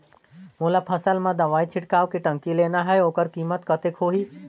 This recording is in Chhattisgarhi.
मोला फसल मां दवाई छिड़काव के टंकी लेना हे ओकर कीमत कतेक होही?